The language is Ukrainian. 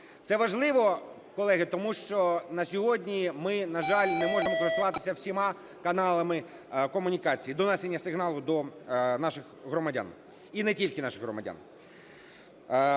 Це важливо, колеги, тому що на сьогодні ми, на жаль, не можемо користуватися всіма каналами комунікацій, донесення сигналу до наших громадян, і не тільки наших громадян.